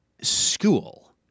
school